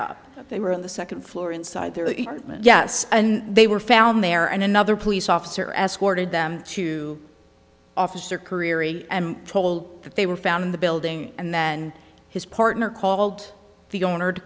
backup they were on the second floor inside there yes and they were found there and another police officer escorted them to officer careering and told that they were found in the building and then his partner called the owner to